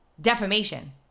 defamation